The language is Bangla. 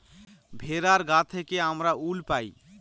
ভেড়ার গা থেকে আমরা উল পাই